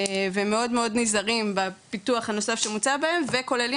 ומאוד מאוד נזהרים בפיתוח הנוסף שמוצא בהם וכוללים